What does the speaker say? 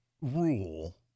Rule